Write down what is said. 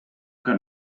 que